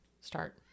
start